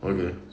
okay